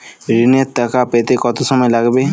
ঋণের টাকা পেতে কত সময় লাগবে?